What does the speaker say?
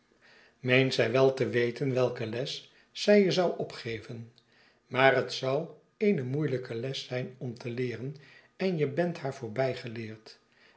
meent zij wel te weten welke les zij je zou opgeven maar het zou eene moeielijke les zijn om te leeren en je bent haar